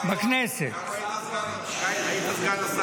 היית גם סגן שר.